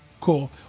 Cool